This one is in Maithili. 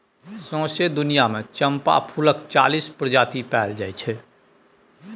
सौंसे दुनियाँ मे चंपा फुलक चालीस प्रजाति पाएल जाइ छै